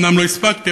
לא הספקתי,